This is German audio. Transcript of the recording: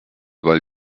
weil